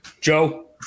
Joe